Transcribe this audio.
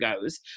goes